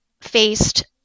faced